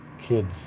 kids